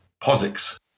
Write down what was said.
POSIX